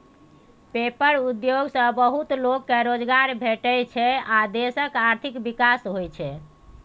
paper उद्योग सँ बहुत लोक केँ रोजगार भेटै छै आ देशक आर्थिक विकास होइ छै